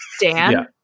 Dan